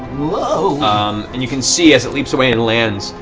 um and you can see as it leaps away and lands,